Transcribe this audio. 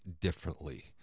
differently